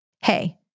Hey